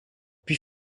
puis